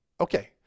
okay